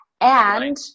And-